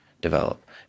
develop